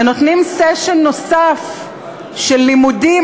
ונותנים session נוסף של לימודים,